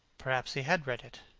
perhaps he had read it